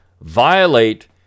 violate